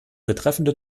betreffende